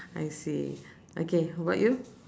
I see okay how about you